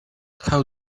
how